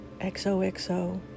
XOXO